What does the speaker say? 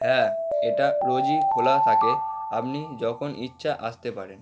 হ্যাঁ এটা রোজই খোলা থাকে আপনি যখন ইচ্ছা আসতে পারেন